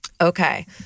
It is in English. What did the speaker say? Okay